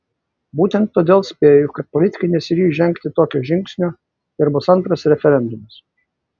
būtent todėl spėju kad politikai nesiryš žengti tokio žingsnio ir bus antras referendumas